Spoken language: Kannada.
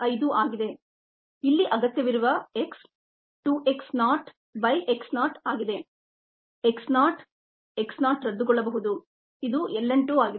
5 ಆಗಿದೆ ಇಲ್ಲಿ ಅಗತ್ಯವಿರುವ x 2x naught by X naught ಆಗಿದೆ x ನಾಟ್ x ನಾಟ್ ರದ್ದುಗೊಳ್ಳಬಹುದು ಇದು ln2 ಆಗಿದೆ